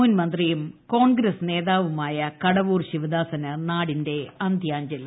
മുൻ മന്ത്രിയും കോ്ൺഗ്രസ് നേതാവുമായ കടവൂർ ശിവദാസന് നാടിന്റെ അന്ത്യാഞ്ജലി